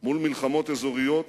מול מלחמות אזוריות,